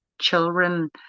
children